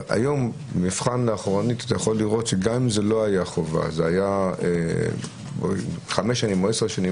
היום בדיעבד אתה יכול לראות שגם אם זה לא היה חובה אלא 5 או 10 שנים,